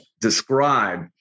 describe